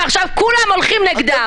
ועכשיו כולם הולכים נגדם.